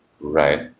right